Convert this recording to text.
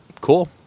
cool